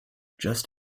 just